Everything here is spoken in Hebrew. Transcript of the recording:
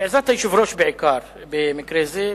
בעיקר בעזרת היושב-ראש במקרה זה,